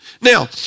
Now